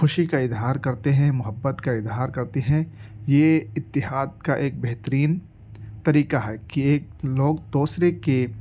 خوشی کا اظہار کرتے ہیں محبت کا اظہار کرتے ہیں یہ اتحاد کا ایک بہترین طریقہ ہے کہ ایک لوگ دوسرے کے